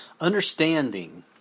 Understanding